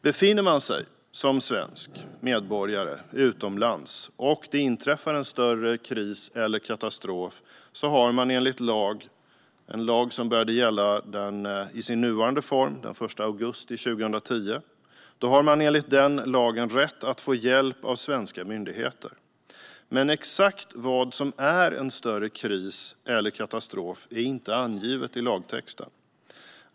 Befinner man sig som svensk medborgare utomlands och det inträffar en större kris eller katastrof har man enligt en lag som började gälla i sin nuvarande form den 1 augusti 2010 rätt att få hjälp av svenska myndigheter. Men exakt vad som är en större kris eller katastrof är inte angivet i lagtexten.